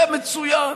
זה מצוין.